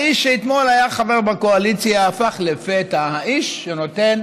האיש שאתמול היה חבר בקואליציה הפך לפתע האיש שנותן